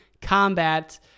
Combat